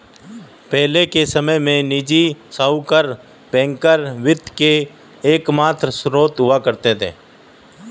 पहले के समय में निजी साहूकर बैंकर वित्त के एकमात्र स्त्रोत हुआ करते थे